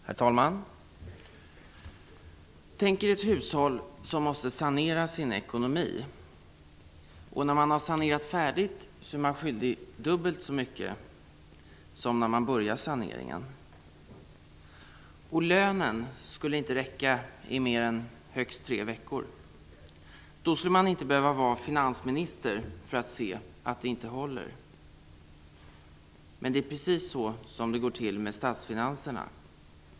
Herr talman! Tänk er ett hushåll som måste sanera sin ekonomi, och när man har sanerat färdigt är man skyldig dubbelt så mycket som när man började saneringen. Lönen skulle inte räcka i mer än högst tre veckor. Då skulle man inte behöva vara finansminister för att se att det inte håller. Men det är precis så det går till med statsfinanserna.